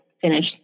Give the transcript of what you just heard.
finish